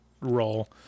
role